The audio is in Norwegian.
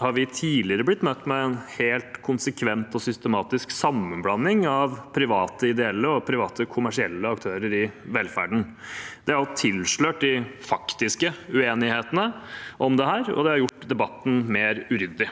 har vi tidligere blitt møtt med en helt konsekvent og systematisk sammenblanding av private ideelle og private kommersielle aktører i velferden. Det har tilslørt de faktiske uenighetene om dette, og det har gjort debatten mer uryddig.